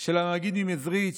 של הנגיד ממזריטש,